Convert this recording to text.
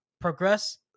progress